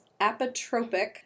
apotropic